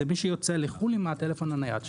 זה מי שיוצא לחוץ לארץ עם הטלפון הנייד שלו.